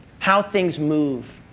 how things move,